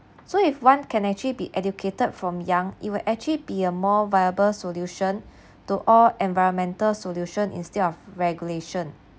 so if one can actually be educated from young it would actually be a more viable solution to all environmental solution instead of regulation